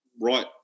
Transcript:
right